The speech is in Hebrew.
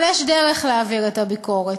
אבל יש דרך להעביר את הביקורת.